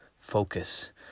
focus